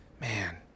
Man